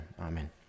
amen